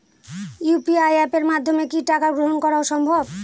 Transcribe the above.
UPI অ্যাপের মাধ্যমে কি টাকা গ্রহণ করাও সম্ভব?